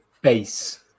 base